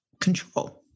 control